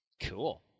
Cool